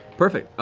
perfect.